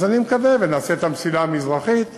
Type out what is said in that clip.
ונעשה את המסילה המזרחית